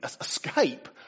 escape